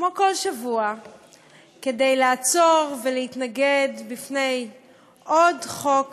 כמו כל שבוע כדי לעצור ולהתנגד לעוד חוק